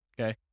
okay